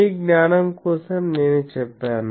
మీ జ్ఞానం కోసం నేను చెప్పాను